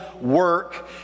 Work